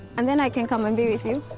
and then i can come and be with you?